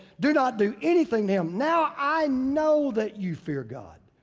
do not do anything to him. now i know that you fear god,